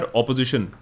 opposition